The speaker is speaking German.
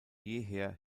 jeher